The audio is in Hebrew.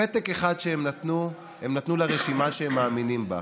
פתק אחד הם נתנו לרשימה שהם מאמינים בה,